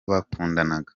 bakundanaga